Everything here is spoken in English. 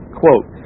quote